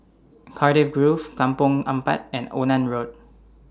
Cardiff Grove Kampong Ampat and Onan Road